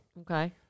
Okay